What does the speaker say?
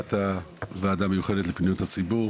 ישיבת הוועדה המיוחדת לפניות הציבור